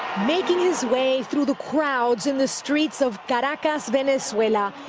making his way through the crowds in the streets of caracas, venezuela,